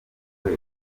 muri